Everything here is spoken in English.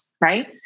right